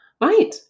right